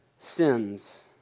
Sins